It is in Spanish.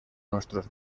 nuestros